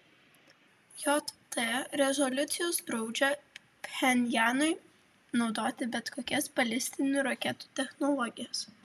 jt rezoliucijos draudžia pchenjanui naudoti bet kokias balistinių raketų technologijas